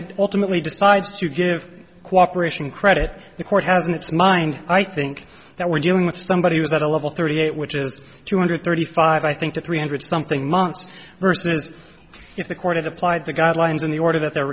it ultimately decides to give cooperation credit the court has in its mind i think that we're dealing with somebody was at a level thirty eight which is two hundred thirty five i think to three hundred something months versus if the court applied the guidelines in the order that they're